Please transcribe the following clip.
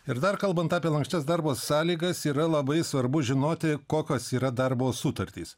ir dar kalbant apie lanksčias darbo sąlygas yra labai svarbu žinoti kokios yra darbo sutartys